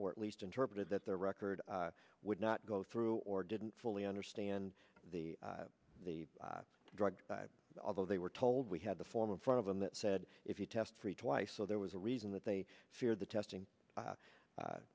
or at least interpreted that their record would not go through or didn't fully understand the the drug although they were told we had the form in front of them that said if you test for you twice so there was a reason that they fear the testing